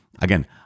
again